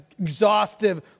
exhaustive